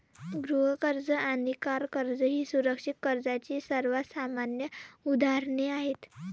गृह कर्ज आणि कार कर्ज ही सुरक्षित कर्जाची सर्वात सामान्य उदाहरणे आहेत